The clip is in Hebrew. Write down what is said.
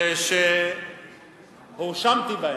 ושהואשמתי בהם.